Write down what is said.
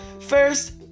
First